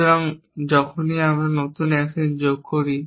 সুতরাং যখনই আমরা নতুন অ্যাকশন যোগ করি